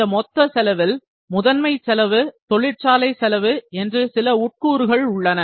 இந்த மொத்த செலவில் முதன்மை செலவு தொழிற்சாலை செலவு என்று ஒரு சில உட்கூறுகள் உள்ளன